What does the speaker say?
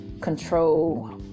control